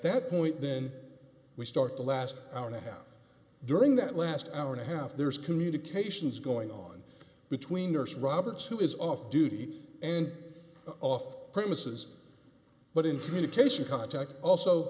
that point then we start the last hour and a half during that last hour and a half there's communications going on between nurse roberts who is off duty and off premises but in communication contact also